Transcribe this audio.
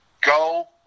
go